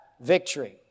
victory